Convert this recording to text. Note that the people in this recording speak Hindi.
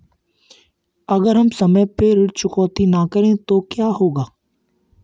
अगर हम समय पर ऋण चुकौती न करें तो क्या होगा?